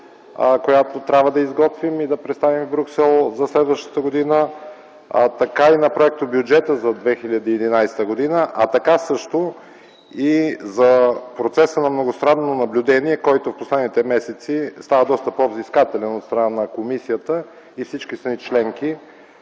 която трябва да изготвим и представим в Брюксел за следващата година, така и на проектобюджета за 2011 г., а така също и процеса на многостранното наблюдение, който в последните месеци става много по-взискателен от страна на комисията и всички страни членки